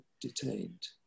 detained